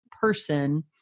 person